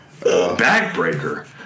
Backbreaker